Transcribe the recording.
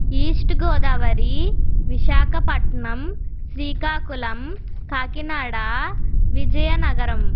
east Godavari Visakhapatnam Srikakulam Kakinada Vizianagaram